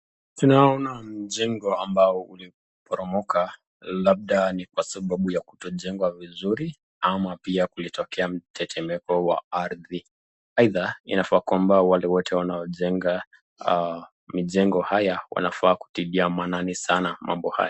Tunaona jengo ambalo liliporomoka labda ni kwa sababu ya kutojengwa vizuri ama pia kulitokea mtetemeko wa ardhi. Aidha, inafaa kwamba wale wote wanaojenga mijengo haya wanafaa kutia maanani sana mambo haya.